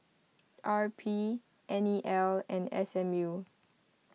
R P N E L and S M U